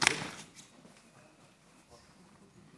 הצעת חוק-יסוד: כבוד האדם וחירותו (תיקון,